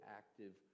active